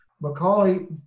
Macaulay